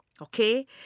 okay